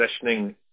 positioning